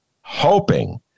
hoping